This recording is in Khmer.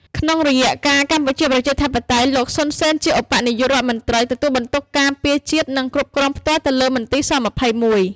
ក្នុងរយៈកាលកម្ពុជាប្រជាធិបតេយ្យ លោក សុន សេន ជាឧបនាយក រដ្ឋមន្ត្រី ទទួលបន្ទុកការពារជាតិនិង គ្រប់គ្រងផ្ទាល់ទៅលើមន្ទីរ ស-២១ ។